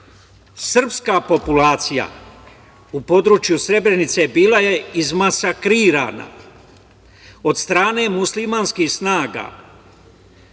Srpska populacija u području Srebrenice bila je izmasakrirana od strane muslimanskih snaga.